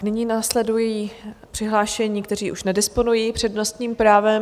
Nyní následují přihlášení, kteří už nedisponují přednostním právem.